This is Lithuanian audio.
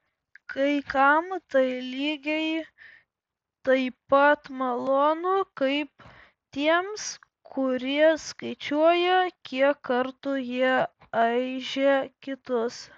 kai kam tai lygiai taip pat malonu kaip tiems kurie skaičiuoja kiek kartų jie aižė kitus